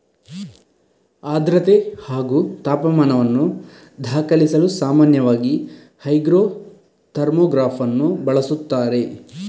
ಆರ್ದ್ರತೆ ಹಾಗೂ ತಾಪಮಾನವನ್ನು ದಾಖಲಿಸಲು ಸಾಮಾನ್ಯವಾಗಿ ಹೈಗ್ರೋ ಥರ್ಮೋಗ್ರಾಫನ್ನು ಬಳಸುತ್ತಾರೆ